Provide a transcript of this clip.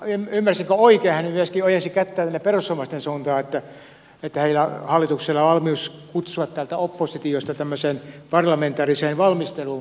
ymmärsinkö oikein hän myöskin ojensi kättään tänne perussuomalaisten suuntaan että hallituksella on valmius kutsua täältä oppositiosta tämmöiseen parlamentaariseen valmisteluun perussuomalaisia